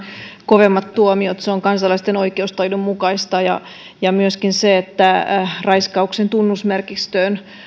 kovemmat tuomiot se on kansalaisten oikeustajun mukaista ja ja myöskin se että raiskauksen tunnusmerkistöön